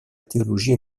théologie